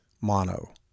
mono